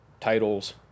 titles